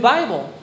Bible